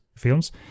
films